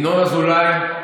ינון אזולאי,